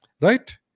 right